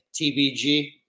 TBG